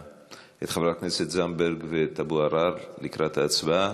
חברת הכנסת זנדברג ואת חבר הכנסת אבו עראר לקראת ההצבעה.